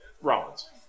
Rollins